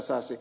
sasi